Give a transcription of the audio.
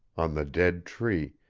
on the dead tree,